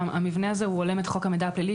המבנה הזה גם הולם את חוק המידע הפלילי,